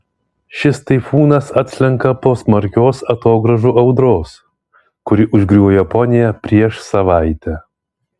šis taifūnas atslenka po smarkios atogrąžų audros kuri užgriuvo japoniją prieš savaitę